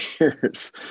years